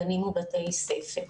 גנים ובתי ספר.